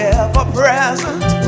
ever-present